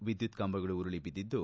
ವಿದ್ಯುತ್ ಕಂಬಗಳು ಉರುಳ ಬಿದ್ದಿದ್ದು